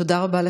תודה רבה.